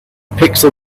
pixel